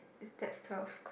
that's twelve